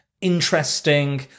interesting